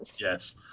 Yes